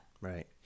right